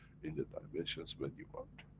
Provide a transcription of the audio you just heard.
in the dimensions when you want.